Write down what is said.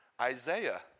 Isaiah